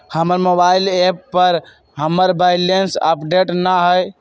हमर mobile app पर हमर बैलेंस अपडेट न हई